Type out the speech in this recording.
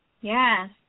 Yes